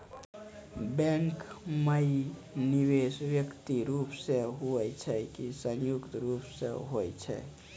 Bank माई निवेश व्यक्तिगत रूप से हुए छै की संयुक्त रूप से होय छै?